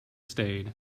stayed